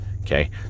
Okay